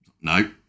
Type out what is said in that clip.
No